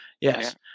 Yes